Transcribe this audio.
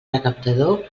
recaptador